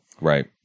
Right